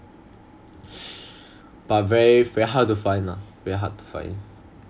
but very very hard to find lah very hard to find